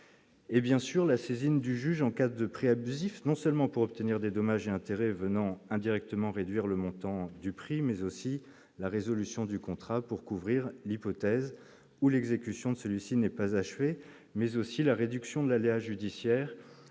et bien sûr la saisine du juge en cas de prix abusifs, non seulement pour obtenir des dommages et intérêts venant indirectement réduire le montant du prix mais aussi la résolution du contrat pour couvrir l'hypothèse où l'exécution de celui-ci n'est pas achevée mais aussi la réduction de l'aléa judiciaire